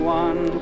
one